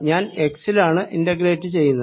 ഞാൻ എക്സിലാണ് ഇന്റഗ്രേറ്റ് ചെയ്യുന്നത്